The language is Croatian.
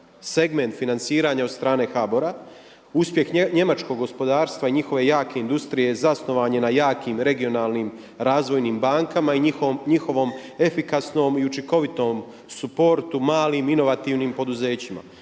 segment financiranja od strane HBOR-a. Uspjeh njemačkog gospodarstva i njihove jake industrije zasnovan je na jakim, regionalnim razvojnim bankama i njihovom efikasnom i učinkovitom suportu malim inovativnim poduzećima.